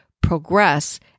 progress